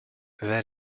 that